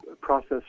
process